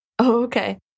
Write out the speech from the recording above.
Okay